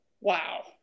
wow